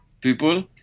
people